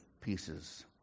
pieces